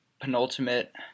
penultimate